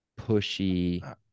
pushy